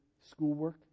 schoolwork